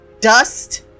dust